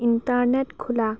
internet খোলা